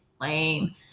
lame